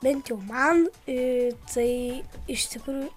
bent jau man į tai iš tikrųjų